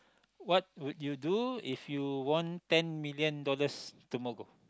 what would you do if you won ten million dollars tomorrow